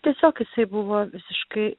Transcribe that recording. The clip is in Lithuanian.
tiesiog jisai buvo visiškai